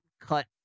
cut